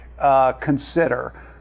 consider